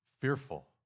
fearful